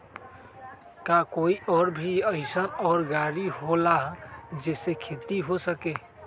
का कोई और भी अइसन और गाड़ी होला जे से खेती हो सके?